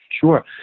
Sure